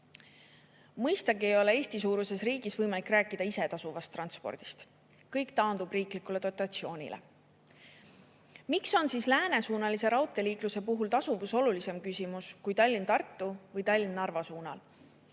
ei ole Eesti-suuruses riigis võimalik rääkida isetasuvast transpordist. Kõik taandub riiklikule dotatsioonile. Miks on siis läänesuunalise raudteeliikluse puhul tasuvus olulisem küsimus kui Tallinna–Tartu või Tallinna–Narva suunal?